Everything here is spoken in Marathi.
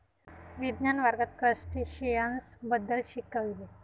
विज्ञान वर्गात क्रस्टेशियन्स बद्दल शिकविले